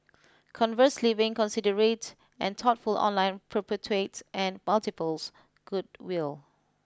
conversely being considerate and thoughtful online perpetuates and multiplies goodwill